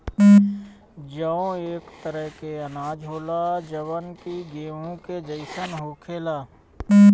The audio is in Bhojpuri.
जौ एक तरह के अनाज होला जवन कि गेंहू के जइसन होखेला